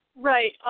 Right